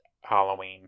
Halloween